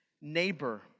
neighbor